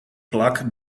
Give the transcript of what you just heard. plak